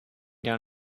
down